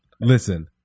Listen